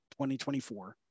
2024